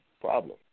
problem